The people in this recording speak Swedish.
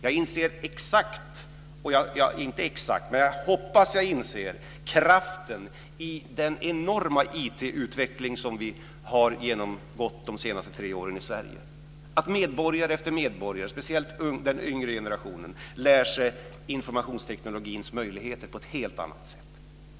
Jag hoppas att jag rätt inser kraften i den enorma IT-utveckling som vi i Sverige har genomgått under de senaste tre åren. Medborgare efter medborgare, speciellt i den yngre generationen, lär sig att informationstekniken ger möjligheter på ett helt annat sätt.